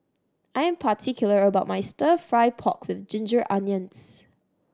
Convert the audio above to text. I'm particular about my Stir Fry pork with ginger onions